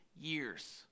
years